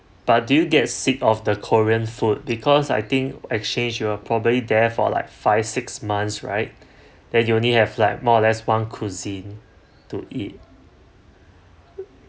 but do you get sick of the korean food because I think exchange you are probably there for like five six months right then you only have like more or less one cuisine to eat